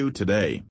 today